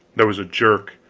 there was a jerk,